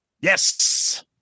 Yes